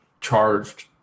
charged